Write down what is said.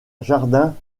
jardins